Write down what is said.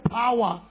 power